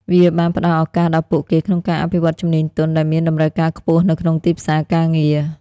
វាបានផ្តល់ឱកាសដល់ពួកគេក្នុងការអភិវឌ្ឍជំនាញទន់ ដែលមានតម្រូវការខ្ពស់នៅក្នុងទីផ្សារការងារ។